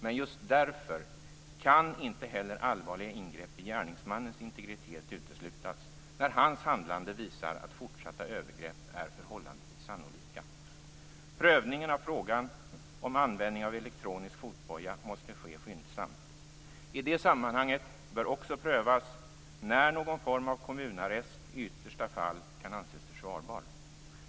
Men just därför kan inte heller allvarliga ingrepp i gärningsmannens integritet uteslutas, när hans handlande visar att fortsatta övergrepp är förhållandevis sannolika. Prövningen av frågan om användning av elektronisk fotboja måste ske skyndsamt. I det sammanhanget bör också prövas, när någon form av kommunarrest i yttersta fall kan anses försvarbar.